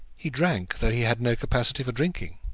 he drank, though he had no capacity for drinking!